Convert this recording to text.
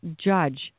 judge